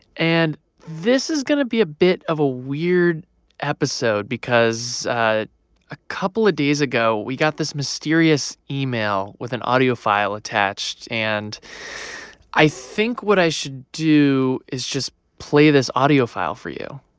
and this is going to be a bit of a weird episode because a couple of days ago, we got this mysterious email with an audio file attached. and i think what i should do is just play this audio file for you.